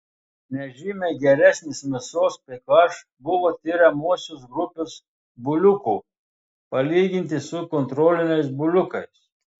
nežymiai geresnis mėsos ph buvo tiriamosios grupės buliukų palyginti su kontroliniais buliukais